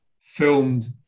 filmed